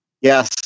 Yes